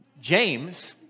James